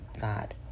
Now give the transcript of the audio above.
God